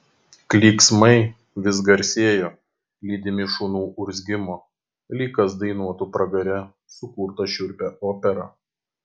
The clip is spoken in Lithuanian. klyksmai vis garsėjo lydimi šunų urzgimo lyg kas dainuotų pragare sukurtą šiurpią operą